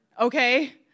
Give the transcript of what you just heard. Okay